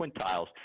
Quintiles